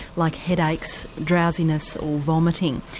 like headaches, drowsiness, or vomiting.